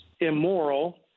immoral